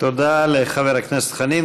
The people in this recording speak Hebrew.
תודה לחבר הכנסת חנין.